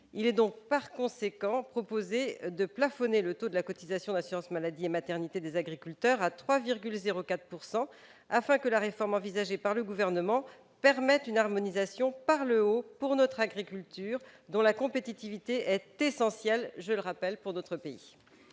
Il est, par conséquent, proposé de plafonner le taux de la cotisation d'assurance maladie et maternité des agriculteurs à 3,04 %, afin que la réforme envisagée par le Gouvernement permette une harmonisation par le haut pour notre agriculture, dont la compétitivité est essentielle, je le rappelle, pour notre pays.